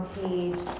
page